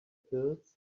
pills